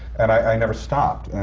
and i never stopped. and